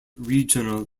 regional